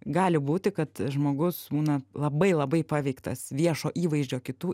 gali būti kad žmogus būna labai labai paveiktas viešo įvaizdžio kitų